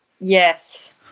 Yes